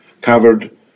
covered